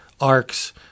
arcs